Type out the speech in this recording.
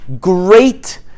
great